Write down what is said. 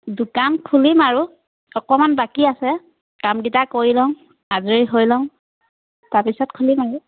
দোকান খুলিম আৰু অকণমান বাকী আছে কামকেইটা কৰি লওঁ আজৰি হৈ লওঁ তাৰপিছত খুলিম আৰু